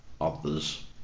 others